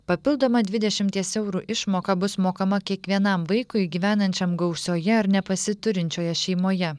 papildoma dvidešimties eurų išmoka bus mokama kiekvienam vaikui gyvenančiam gausioje ar nepasiturinčioje šeimoje